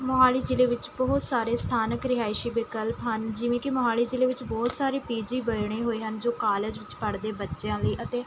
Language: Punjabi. ਮੋਹਾਲੀ ਜ਼ਿਲ੍ਹੇ ਵਿੱਚ ਬਹੁਤ ਸਾਰੇ ਸਥਾਨਕ ਰਿਹਾਇਸ਼ੀ ਵਿਕਲਪ ਹਨ ਜਿਵੇਂ ਕਿ ਮੋਹਾਲੀ ਜ਼ਿਲ੍ਹੇ ਵਿੱਚ ਬਹੁਤ ਸਾਰੇ ਪੀ ਜੀ ਬਣੇ ਹੋਏ ਹਨ ਜੋ ਕਾਲਜ ਵਿੱਚ ਪੜ੍ਹਦੇ ਬੱਚਿਆਂ ਲਈ ਅਤੇ